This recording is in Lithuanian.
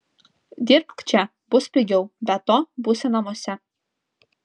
dirbk čia bus pigiau be to būsi namuose